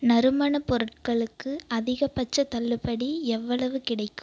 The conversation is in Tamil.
நறுமணப் பொருட்களுக்கு அதிகபட்சத் தள்ளுபடி எவ்வளவு கிடைக்கும்